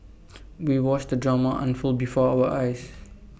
we watched the drama unfold before our eyes